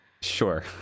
Sure